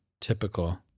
typical